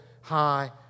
high